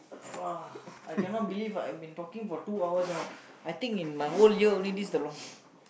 !wah! I cannot believe I have been talking for two hours you know I think in my whole year only this is the long